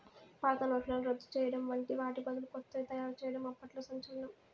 పాత నోట్లను రద్దు చేయడం వాటి బదులు కొత్తవి తయారు చేయడం అప్పట్లో సంచలనం